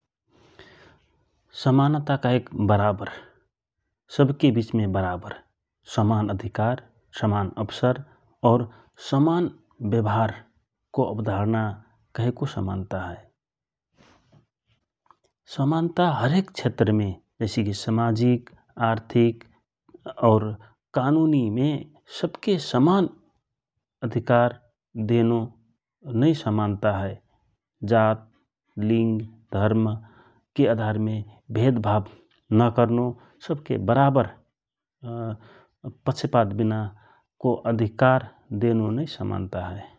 समानता कहेक बराबर सबके विचमे बराबर समान अधिकार समान अवसर और समान व्यवहार को अवधारणा कहेको समान्ता हए । समान्ता हरेक क्षेत्रमे जसे कि समाजिक आर्थिक और कानुनमे सबके समान अधिकार देनो नै समान्ता हए जा लिङ्ग, धर्म, के अधारमे भेदभाव नकरनो सवके बराबर पक्षपात विनाको अधिकार देनो नै समान्ता हए ।